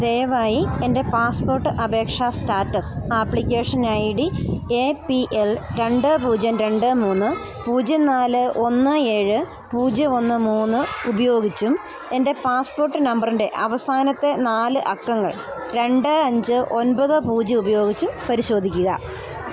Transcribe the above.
ദയവായി എൻ്റെ പാസ്പോർട്ട് അപേക്ഷാ status application I D A P L രണ്ട് പൂജ്യം രണ്ട് മൂന്ന് പൂജ്യം നാല് ഒന്ന് ഏഴ് പൂജ്യം ഒന്ന് മൂന്ന് ഉപയോഗിച്ചും എൻ്റെ പാസ്പോർട്ട് നമ്പറിൻ്റെ അവസാനത്തെ നാലക്കങ്ങൾ രണ്ട് അഞ്ച് ഒൻപത് പൂജ്യം ഉപയോഗിച്ചും പരിശോധിക്കുക